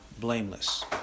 blameless